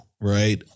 right